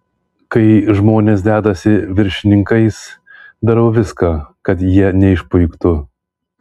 kai žmonės dedasi viršininkais darau viską kad jie neišpuiktų